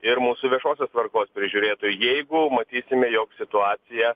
ir mūsų viešosios tvarkos prižiūrėtojai jeigu matysime jog situacija